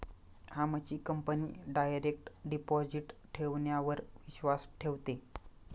आमची company direct deposit ठेवण्यावर विश्वास ठेवते